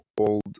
old